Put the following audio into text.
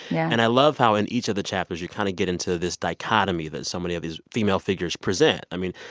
yeah and i love how, in each of the chapters, you kind of get into this dichotomy that so many of these female figures present. i mean,